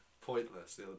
Pointless